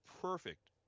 perfect